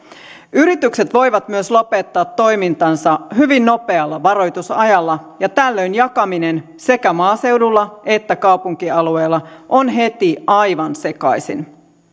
yritykset voivat myös lopettaa toimintansa hyvin nopealla varoitusajalla ja tällöin jakaminen sekä maaseudulla että kaupunkialueilla on heti aivan sekaisin